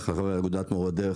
אגודת מורי דרך,